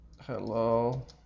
Hello